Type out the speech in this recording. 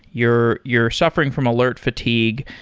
you're you're suffering from alert fatigue.